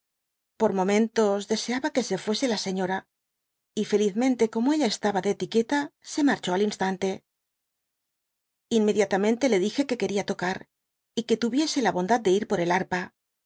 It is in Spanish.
por momentos deseaba qu se fuese la señora y felizmente como ella estaba de etiqueta se marchó al instante inmediatamente k dí e que quería tocar y que tuviese la bondad de ir por el harpa